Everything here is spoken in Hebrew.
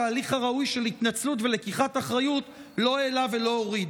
התהליך הראוי של התנצלות ולקיחת אחריות לא העלה ולא הוריד.